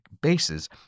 bases